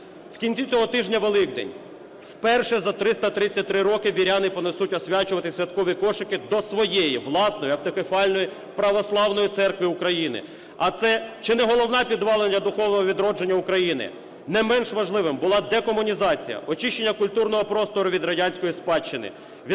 В кінці цього тижня Великдень. Вперше за 333 роки віряни понесуть освячувати святкові кошики до своєї власної автокефальної Православної Церкви України, а це чи не головна підвалина духовного відродження України. Не менш важливим була декомунізація, очищення культурного простору від радянської спадщини…